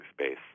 space